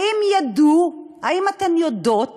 האם אתן יודעות